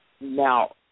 Now